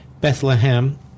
Bethlehem